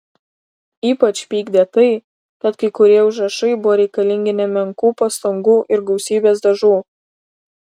ypač pykdė tai kad kai kurie užrašai buvo reikalingi nemenkų pastangų ir gausybės dažų